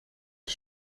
een